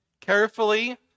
carefully